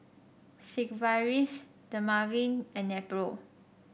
Sigvaris Dermaveen and Nepro